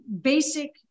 basic